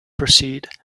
proceed